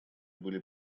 были